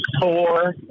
four